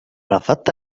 رفضت